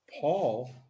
Paul